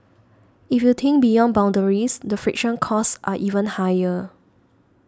if you think beyond boundaries the friction costs are even higher